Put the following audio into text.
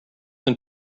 than